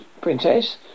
princess